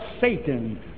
Satan